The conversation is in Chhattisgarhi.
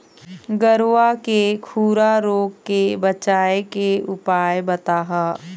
गरवा के खुरा रोग के बचाए के उपाय बताहा?